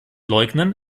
leugnen